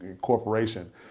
corporation